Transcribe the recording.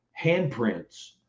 handprints